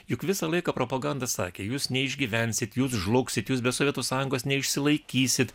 juk visą laiką propaganda sakė jūs neišgyvensit jūs žlugsit jūs be sovietų sąjungos neišsilaikysit